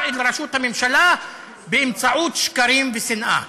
אל ראשות הממשלה באמצעות שקרים ושנאה.